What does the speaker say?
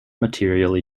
materially